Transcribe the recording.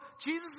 Jesus